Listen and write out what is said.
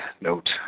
note